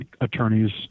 attorneys